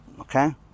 okay